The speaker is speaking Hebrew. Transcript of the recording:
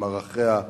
עם ערכיה,